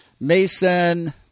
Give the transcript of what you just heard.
Mason